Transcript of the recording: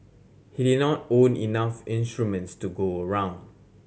he did not own enough instruments to go around